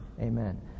Amen